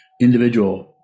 individual